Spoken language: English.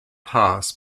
pass